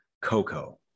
Coco